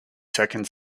second